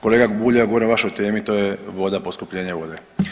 Kolega Bulj, ja govorim o vašoj temi, to je voda, poskupljenje vode.